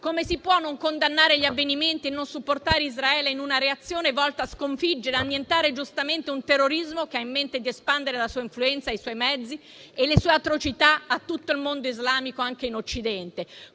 Come si può non condannare gli avvenimenti e non supportare Israele in una reazione volta a sconfiggere e annientare, giustamente, un terrorismo che ha in mente di espandere la sua influenza, i suoi mezzi e le sue atrocità a tutto il mondo islamico, anche in Occidente?